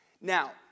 Now